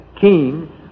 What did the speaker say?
king